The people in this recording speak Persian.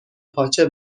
پاچه